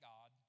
God